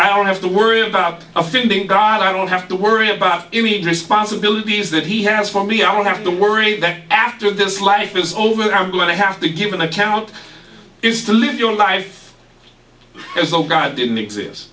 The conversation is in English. i don't have to worry about offending god i don't have to worry about you need responsibilities that he has for me i don't have to worry that after this life is over i'm going to have to give an account is to live your life as oh god didn't exist